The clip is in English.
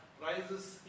rises